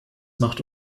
macht